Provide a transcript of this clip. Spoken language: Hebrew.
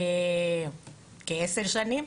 כעשר שנים.